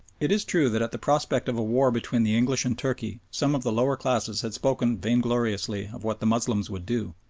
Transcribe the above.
it is true that at the prospect of a war between the english and turkey some of the lower classes had spoken vaingloriously of what the moslems would do,